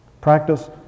practice